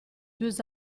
deux